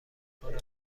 کنم